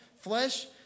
flesh